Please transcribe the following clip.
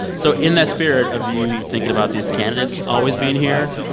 so in that spirit of you thinking about these candidates always being here,